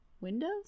Windows